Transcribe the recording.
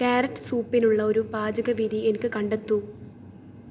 carrot സൂപ്പിനുള്ള ഒരു പാചകവിധി എനിക്ക് കണ്ടെത്തൂ